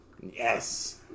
Yes